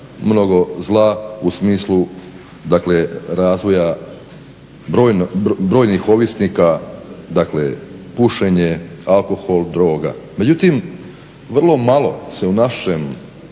mnogo zla u smislu razvoja brojnih ovisnika, dakle pušenje, alkohol, droga. Međutim, vrlo malo se u našem